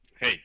hey